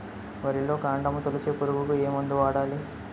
వరిలో కాండము తొలిచే పురుగుకు ఏ మందు వాడాలి?